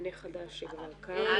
זה מבנה חדש שכבר קיים